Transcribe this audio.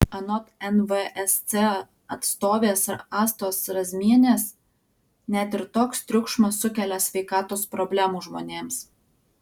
anot nvsc atstovės astos razmienės net ir toks triukšmas sukelia sveikatos problemų žmonėms